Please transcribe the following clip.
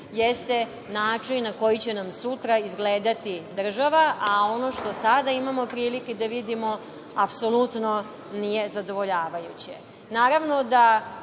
jeste način na koji će nam sutra izgledati država, a ono što sada imamo prilike da vidimo, apsolutno nije zadovoljavajuće. Naravno,